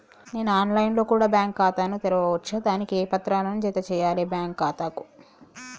నేను online లో కూడా బ్యాంకు ఖాతా ను తెరవ వచ్చా? దానికి ఏ పత్రాలను జత చేయాలి బ్యాంకు ఖాతాకు?